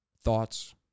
thoughts